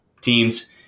teams